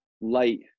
light